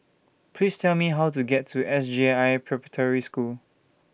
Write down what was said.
Please Tell Me How to get to S J I Preparatory School